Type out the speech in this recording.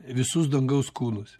visus dangaus kūnus